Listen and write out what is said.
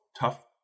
tough